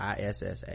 issa